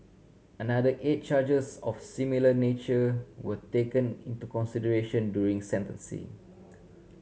another eight charges of similar nature were taken into consideration during sentencing